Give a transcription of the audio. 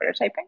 prototyping